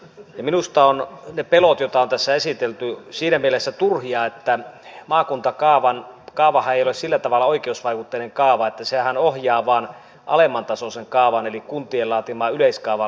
minusta ovat ne pelot joita on tässä esitelty siinä mielessä turhia että maakuntakaavahan ei ole sillä tavalla oikeusvaikutteinen kaava että sehän vain ohjaa alemmantasoisen kaavan eli kuntien laatiman yleiskaavan laatimista